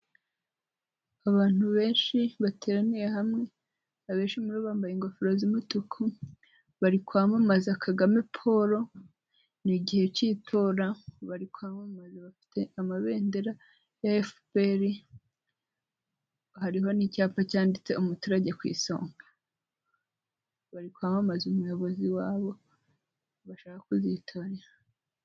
Abantu benshi bateraniye hamwe, abenshi muri bo bambaye ingofero z'umutuku, bari kwamamaza Kagame Paul; ni igihe k'itora, bari kwamamaza bafite amabendera ya FPR, hariho n'icyapa cyanditseho umuturage ku isonga; bari kwamamaza umuyobozi wabo bashaka kuzitorera.